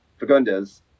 Fagundes